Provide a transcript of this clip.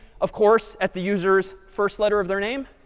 of course, at the users first letter of their name?